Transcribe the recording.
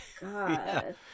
god